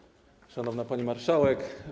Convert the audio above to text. Szanowna Pani Marszałek!